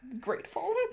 grateful